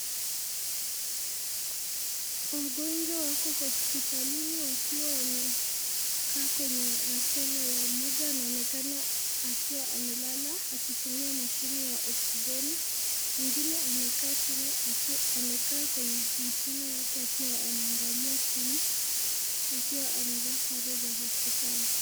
Wagonjwa wako hospitalini wakiwa wamekaa kwenye machela yao. Mmoja anaonekana akiwa amelala akitumia mashine ya oksijeni mwingine amekaa chini kwenye machela yake akiwa anaangalia chini akiwa amevaa sare za hospitali.